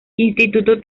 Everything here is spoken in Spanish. instituto